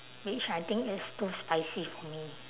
which I think is too spicy for me